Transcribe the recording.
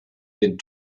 den